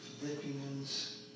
Philippians